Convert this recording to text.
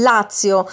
Lazio